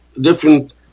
different